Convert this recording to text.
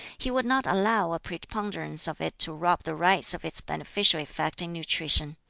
he would not allow a preponderance of it to rob the rice of its beneficial effect in nutrition.